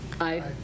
Aye